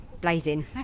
blazing